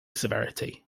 severity